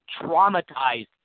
traumatized